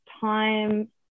time